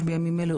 בימים אלה ממש,